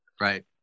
Right